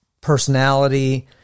personality